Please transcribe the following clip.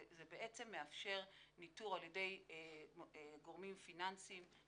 זה בעצם מאפשר ניטור על ידי גורמים פיננסיים,